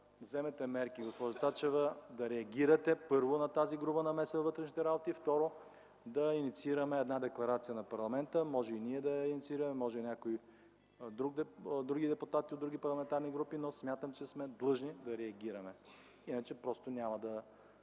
вземете мерки, госпожо Цачева, да реагирате, първо, на тази груба намеса във вътрешните работи, и, второ, да инициираме една декларация на парламента, може и ние да я инициираме, може и депутати от други парламентарни групи, но смятам, че сме длъжни да реагираме. Иначе просто няма да